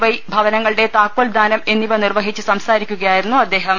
Y ഭവനങ്ങളുടെ താക്കോൽ ദാനം എന്നിവ നിർവഹിച്ച് സംസാരിക്കുകയായിരുന്നു അദ്ദേഹം